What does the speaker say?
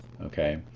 okay